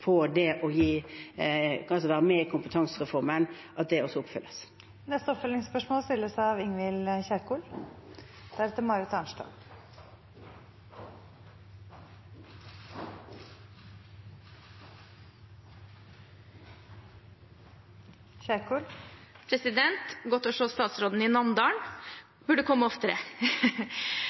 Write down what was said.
det også kan være med i kompetansereformen – også oppfylles. Det blir oppfølgingsspørsmål – først Ingvild Kjerkol. Godt å se statsministeren i Namdalen – hun burde komme oftere.